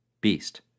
Beast